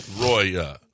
Roy